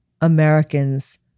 Americans